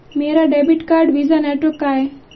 मेरा debit card Visa network का है